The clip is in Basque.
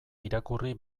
irakurri